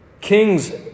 Kings